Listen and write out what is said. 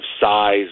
size